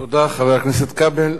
תודה, חבר הכנסת כבל.